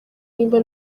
niba